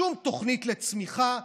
שום תוכנית לצמיחה,